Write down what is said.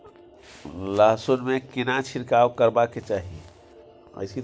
लहसुन में केना छिरकाव करबा के चाही?